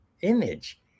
image